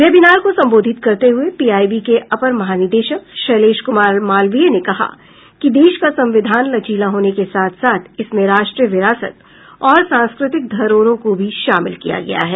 webinar को संबोधित करते हुए पीआईबी के अपर महानिदेशक शैलेश कुमार मालवीय ने कहा कि देश का संविधान लचीला होने के साथ साथ इसमें राष्ट्रीय विरासत और सांस्कृतिक धरोहरों को भी शामिल किया गया है